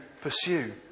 pursue